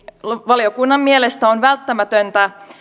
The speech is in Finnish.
valiokunnan mielestä on välttämätöntä